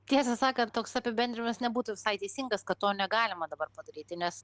tiesą sakant toks apibendrinimas nebūtų visai teisingas kad to negalima dabar padaryti nes